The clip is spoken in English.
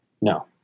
No